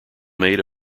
made